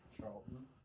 Charlton